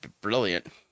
brilliant